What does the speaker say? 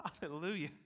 Hallelujah